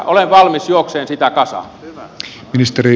olen valmis juoksemaan sitä kasaan